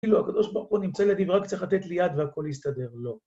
כאילו הקדוש ברוך הוא נמצא לידי, ורק צריך לתת לי יד והכל יסתדר, לא.